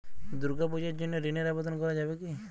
দুর্গাপূজার জন্য ঋণের আবেদন করা যাবে কি?